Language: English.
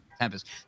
tempest